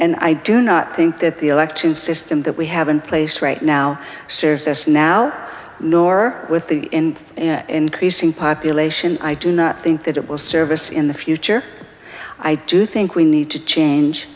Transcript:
and i do not think that the election system that we have in place right now serves us now nor with the in an increasing population i do not think that it will service in the future i do think we need to change